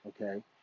Okay